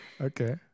Okay